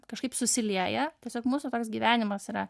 kažkaip susilieja tiesiog mūsų toks gyvenimas yra